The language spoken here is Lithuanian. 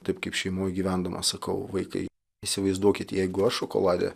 taip kaip šeimoj gyvendamas sakau vaikai įsivaizduokit jeigu aš šokolade